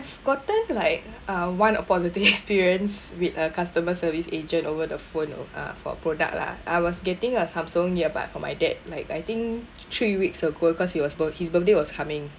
gotten like uh one positive experience with a customer service agent over the phone uh for product lah I was getting a Samsung earbud for my dad like I think three weeks ago cause he was birth~ his birthday was coming